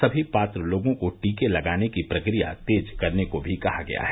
सभी पात्र लोगों को टीके लगाने की प्रक्रिया तेज करने को भी कहा गया है